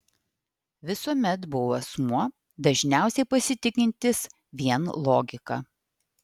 visuomet buvau asmuo dažniausiai pasitikintis vien logika